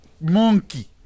Monkey